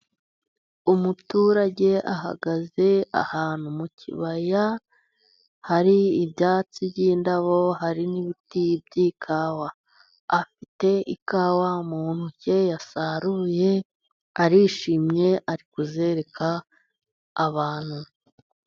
Umuturage ahagaze ahantu mu kibaya, hari ibyatsi by'indabo, hari n'ibiti by'ikawa, afite ikawa mu ntoki yasaruye, arishimye ari kuzereka abantu.